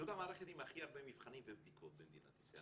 זאת המערכת עם הכי הרבה מבחנים ובדיקות במדינת ישראל.